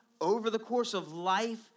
over-the-course-of-life